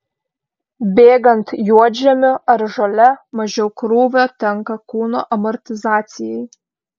bėgant juodžemiu ar žole mažiau krūvio tenka kūno amortizacijai